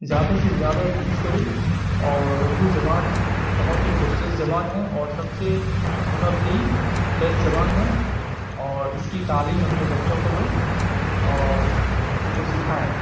زیادہ سے زیادہ یوز کریں اور اردو زبان بہت ہی خوبصورت زبان ہے اور سب سے ون آف دی بیسٹ زبان ہے اور اس کی تعلیم اپنے بچوں کو دو اور ان کو سکھائیں